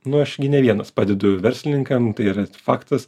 nu aš gi ne vienas padedu verslininkam tai yra faktas